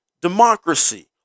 democracy